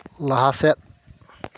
ᱞᱟᱦᱟ ᱥᱮᱫ